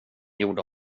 gjorde